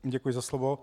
Děkuji za slovo.